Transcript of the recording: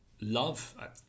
love